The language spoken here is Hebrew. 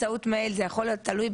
אם זה הסיעוד,